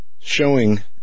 showing